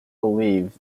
believe